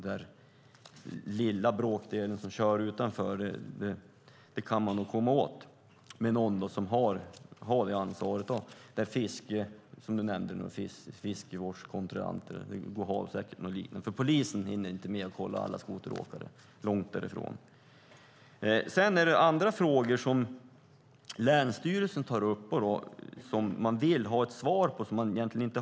Den lilla bråkdel som kör utanför kan man nog komma åt med någon som har det ansvaret, som en fiskevårdskontrollant, som du nämnde, eller något liknande, för polisen hinner inte med att kolla alla skoteråkare, långt därifrån. Sedan är det andra frågor, som länsstyrelsen tar upp, som man vill ha svar på, för det har man egentligen inte.